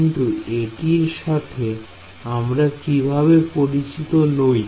কিন্তু এটির সাথে আমরা সেভাবে পরিচিত নই